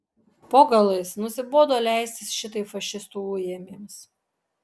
po galais nusibodo leistis šitaip fašistų ujamiems